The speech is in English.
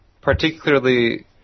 Particularly